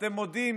אתם מודים